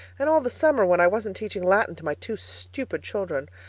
and all the summer when i wasn't teaching latin to my two stupid children.